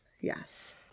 Yes